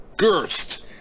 Gerst